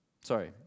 sorry